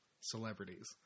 celebrities